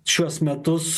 šiuos metus